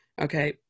okay